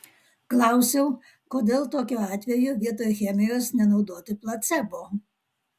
klausiau kodėl tokiu atveju vietoj chemijos nenaudoti placebo